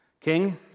king